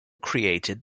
created